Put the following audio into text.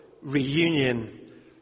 reunion